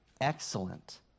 excellent